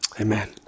Amen